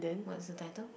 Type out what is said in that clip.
what's the title